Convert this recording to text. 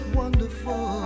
wonderful